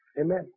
Amen